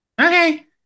Okay